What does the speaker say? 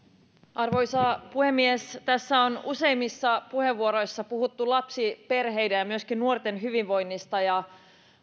arvoisa puhemies tässä on useimmissa puheenvuoroissa puhuttu lapsiperheiden ja myöskin nuorten hyvinvoinnista ja